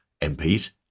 MPs